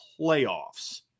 playoffs